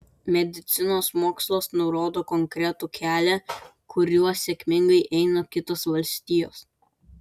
medicinos mokslas nurodo konkretų kelią kuriuo sėkmingai eina kitos valstijos